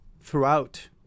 throughout